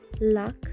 Luck